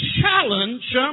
challenge